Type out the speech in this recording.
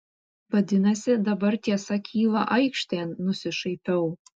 vadinasi dabar tiesa kyla aikštėn nusišaipiau